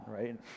right